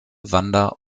wander